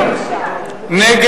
נתקבלה.